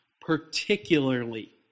Particularly